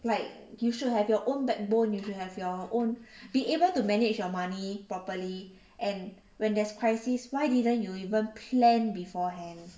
like you should have your own backbone if you have your own be able to manage your money properly and when there's crisis why didn't you even plan beforehand